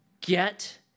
Get